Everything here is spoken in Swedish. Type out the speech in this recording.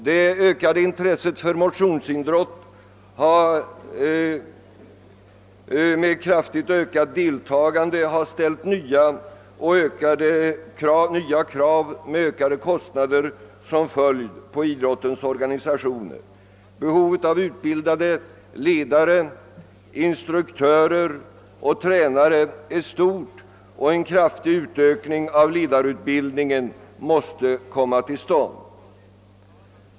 Det ökade intresset för motionsidrott med kraftigt ökat deltagande ställer nya krav på idrottens organisationer med ökade kostnader som följd. Behovet av utbildade ledare, instruktörer och tränare är stort och en kraftig utökning av vidareutbildningen måste komma till stånd.